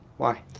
why?